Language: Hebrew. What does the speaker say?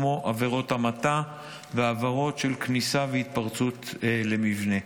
כמו עבירות המתה ועבירות של כניסה והתפרצות למבנה.